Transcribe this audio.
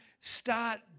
start